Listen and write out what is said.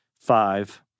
Five